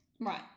Right